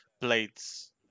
Blades